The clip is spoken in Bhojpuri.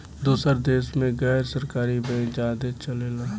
दोसर देश मे गैर सरकारी बैंक ज्यादे चलेला